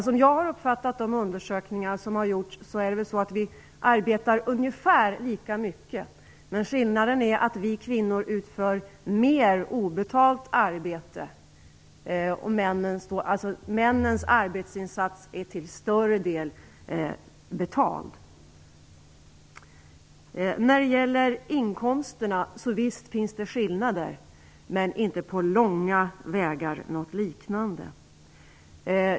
Som jag har uppfattat de undersökningar som har gjorts arbetar vi ungefär lika mycket, men skillnaden ligger i att vi kvinnor utför mer obetalt arbete. Männens arbetsinsatser är till större del betalda. När det gäller inkomsterna finns det visst skillnader, men inte på långa vägar som det är globalt.